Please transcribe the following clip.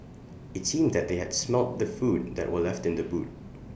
IT seemed that they had smelt the food that were left in the boot